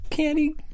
Candy